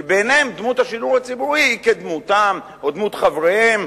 כי בעיניהם דמות השידור הציבורי היא כדמותם או כדמות חבריהם,